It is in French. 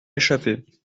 échapper